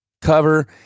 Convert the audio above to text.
cover